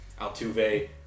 Altuve